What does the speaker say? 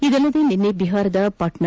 ಇದಲ್ಲದೇ ನಿನ್ನೆ ಬಿಹಾರದ ಪಾಟ್ನಾ